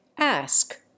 Ask